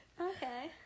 okay